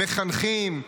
מחנכים,